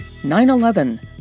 9-11